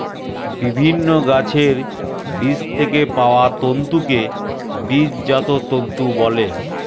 বিভিন্ন গাছের বীজ থেকে পাওয়া তন্তুকে বীজজাত তন্তু বলে